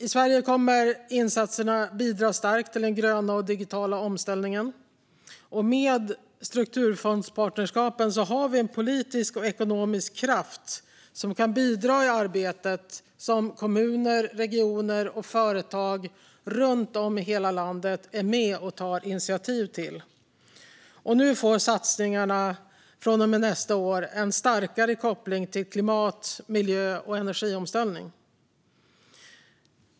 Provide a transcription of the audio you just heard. I Sverige kommer insatserna att bidra starkt till den gröna och digitala omställningen, och med strukturfondspartnerskapen har vi en politisk och ekonomisk kraft som kan bidra i det arbete som kommuner, regioner och företag runt om i hela landet är med och tar initiativ till. Från och med nästa år får satsningarna en starkare koppling till klimat, miljö och energiomställning.